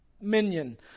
minion